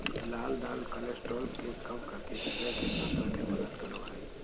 लाल दाल कोलेस्ट्रॉल के कम करके हृदय के स्वस्थ रखे में मदद करो हइ